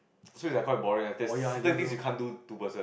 so it's like quite boring lah there's certain things you can't do two person